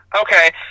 Okay